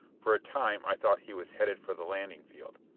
for a time i thought he was headed for the landing field,